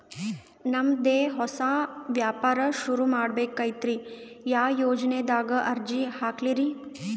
ನಮ್ ದೆ ಹೊಸಾ ವ್ಯಾಪಾರ ಸುರು ಮಾಡದೈತ್ರಿ, ಯಾ ಯೊಜನಾದಾಗ ಅರ್ಜಿ ಹಾಕ್ಲಿ ರಿ?